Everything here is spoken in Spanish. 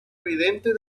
evidente